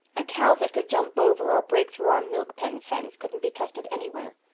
a cow that could jump over or break through our milk-pen fence couldn't be trusted anywhere.